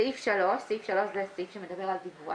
סעיף 3" (סעיף 3 זה סעיף שמדבר על ביטוח)